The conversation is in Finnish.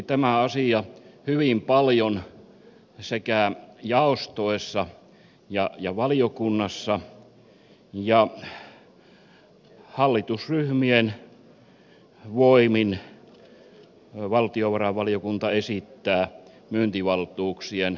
tämä asia keskustelutti hyvin paljon sekä jaostoissa että valiokunnassa ja hallitusryhmien voimin valtiovarainvaliokunta esittää myyntivaltuuksien antamista